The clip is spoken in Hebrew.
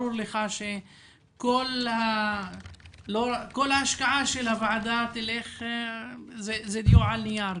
ברור לך שכל ההשקעה של הוועדה תהיה על הנייר.